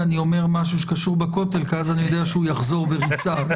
לקצר כי אנחנו קרובים לסיום